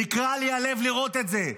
נקרע לי הלב לראות את זה.